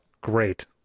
Great